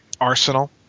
Arsenal